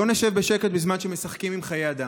לא נשב בשקט בזמן שמשחקים בחיי אדם.